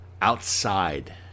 outside